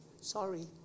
Sorry